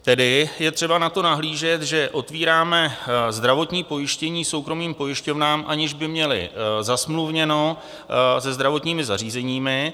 Tedy je třeba na to nahlížet, že otvíráme zdravotní pojištění soukromým pojišťovnám, aniž by měly zasmluvněno se zdravotními zařízeními.